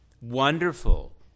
Wonderful